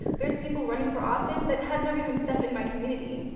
there's people running for office that have never even stepped in my community,